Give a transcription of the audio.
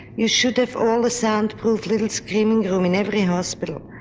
you should have all the soundproof little screaming room in every hospital.